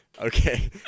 Okay